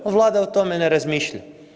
A Vlada o tome ne razmišlja.